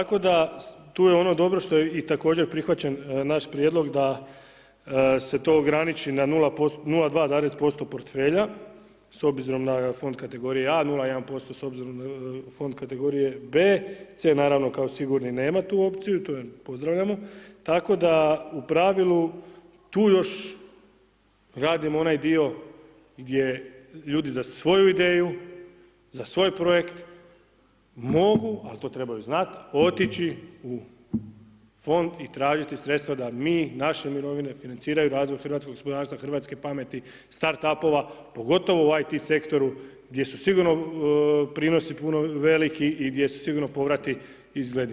Tako da, tu je ono dobro što je i također prihvaćen naš prijedlog da se to ograniči na 0,2% portfelja, s obzirom na fond kategorije a 0,1% s obzirom na fond kategorije b, c naravno kao sigurni nema tu opciju to ... Tako da u pravilu tu još gradimo onaj dio gdje ljudi za svoju ideju, za svoj projekt mogu ali to trebaju znati otići u fond i tražiti sredstva da mi, naše mirovine financiraju razvoj hrvatskog gospodarstva, hrvatske pameti, start up-ova, pogotovo u IT sektoru gdje su sigurno prinosi puno veliki i gdje su sigurno povrati izgledniji.